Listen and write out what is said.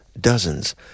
Dozens